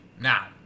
now